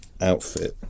outfit